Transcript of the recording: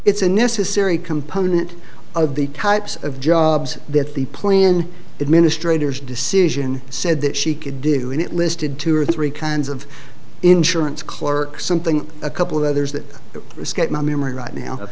it's a necessary component of the types of jobs that the plan administrators decision said that she could do and it listed two or three kinds of insurance clerk something a couple of others that escaped my memory right now